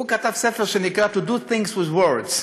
הוא כתב ספר שנקרא How to Do Things With Words,